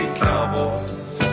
cowboys